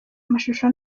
amashusho